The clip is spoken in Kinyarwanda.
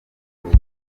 huye